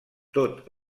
tot